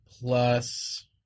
plus